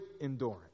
endurance